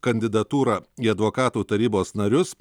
kandidatūrą į advokatų tarybos narius